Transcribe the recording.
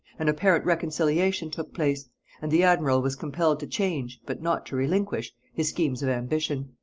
an apparent reconciliation took place and the admiral was compelled to change, but not to relinquish, his schemes of ambition.